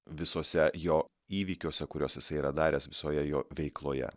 visuose jo įvykiuose kuriuos jisai yra daręs visoje jo veikloje